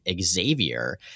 Xavier